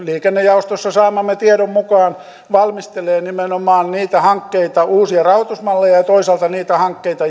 liikennejaostossa saamamme tiedon mukaan valmistelee nimenomaan niitä hankkeita uusia rahoitusmalleja ja ja toisaalta niitä hankkeita